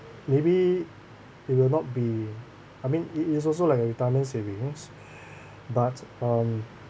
maybe it will not be I mean it's it's also like a retirement savings but um